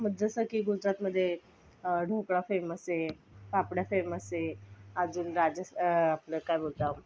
मग जसा की गुजरातमध्ये ढोकळा फेमस आहे फाफडा फेमस आहे अजून राजस्थान आपलं काय बोलतो आपण